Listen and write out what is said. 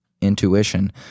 intuition